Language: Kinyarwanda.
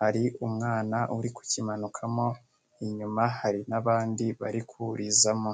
hari umwana uri kukimanukamo, inyuma hari n'abandi barikurizamo.